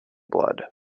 blood